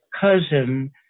cousin